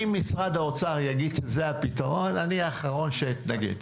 אם משרד האוצר יגיד שזה הפתרון אני האחרון שאתנגד,